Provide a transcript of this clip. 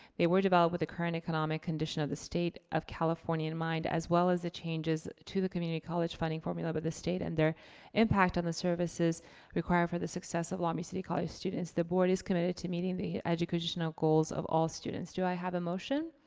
they were developed with the current economic condition of the state of california in mind, as well as the changes to the community college funding formula by but the state and their impact on the services required for the success of long beach city college students. the board is committed to meeting the educational goals of all students, do i have a motion?